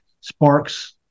sparks